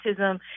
autism